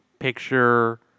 picture